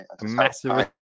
Massive